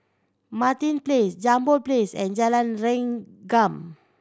Martin Place Jambol Place and Jalan Rengkam